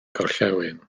gorllewin